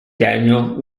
daniel